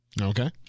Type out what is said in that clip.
Okay